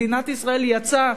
מדינת ישראל יצאה